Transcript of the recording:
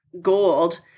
gold